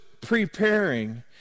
preparing